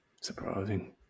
Surprising